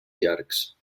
llargs